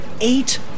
eight